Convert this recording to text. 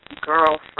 girlfriend